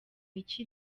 mike